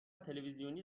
تلویزیونی